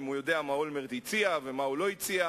והוא יודע מה אולמרט הציע ומה הוא לא הציע.